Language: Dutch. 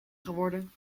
geworden